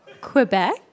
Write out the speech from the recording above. Quebec